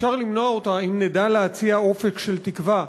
אפשר למנוע אותה אם נדע להציע אופק של תקווה,